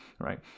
right